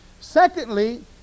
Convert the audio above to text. Secondly